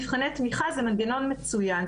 מבחני תמיכה זה מנגנון מצוין,